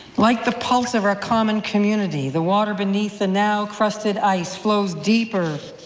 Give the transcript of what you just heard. like the pulse of our common community, the water beneath the now crusted ice flows deeper